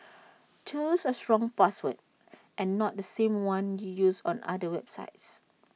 choose A strong password and not the same one you use on other websites